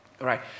right